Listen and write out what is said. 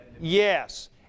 Yes